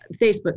Facebook